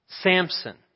Samson